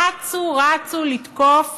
אצו רצו לתקוף